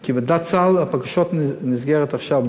כי בוועדת הסל הבקשות נסגרות עכשיו,